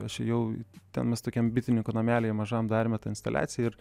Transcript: aš jau ten mes tokiam bitininko namelyje mažam darėme tą instaliaciją ir